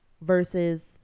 versus